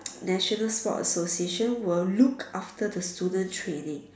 national sports association will look after the student training